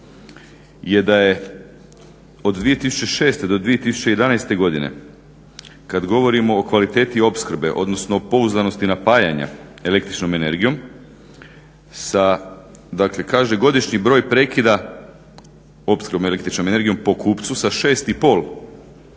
je da je od 2006. do 2011. godine kad govorimo o kvaliteti opskrbe, odnosno pouzdanosti napajanja električnom energijom sa dakle kaže godišnji broj prekida opskrbe električnom energijom po kupcu sa 6,5 spao